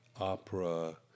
opera